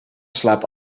slaapt